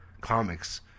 Comics